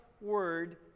word